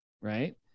right